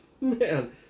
Man